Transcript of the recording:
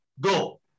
go